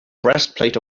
breastplate